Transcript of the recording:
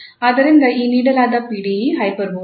ಆದ್ದರಿಂದ ಈ ನೀಡಲಾದ PDE ಹೈಪರ್ಬೋಲಿಕ್